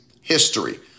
history